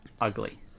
ugly